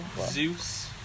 Zeus